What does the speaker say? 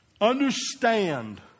understand